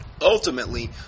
Ultimately